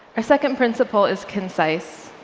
ah second principle is concise.